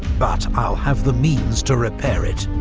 but i'll have the means to repair it.